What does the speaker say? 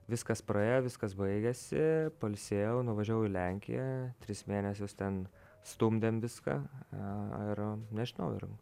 viskas praėjo viskas baigėsi pailsėjau nuvažiavau į lenkiją tris mėnesius ten stumdėm viską ir nežinau ir